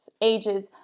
ages